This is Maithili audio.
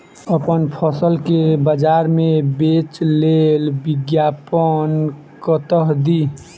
अप्पन फसल केँ बजार मे बेच लेल विज्ञापन कतह दी?